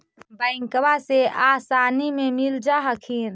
बैंकबा से आसानी मे मिल जा हखिन?